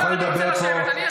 הוא יכול לדבר פה שעתיים.